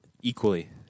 Equally